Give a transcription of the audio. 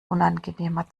unangenehmer